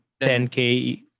10K